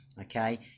okay